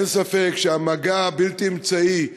אין ספק שהמגע הבלתי-אמצעי,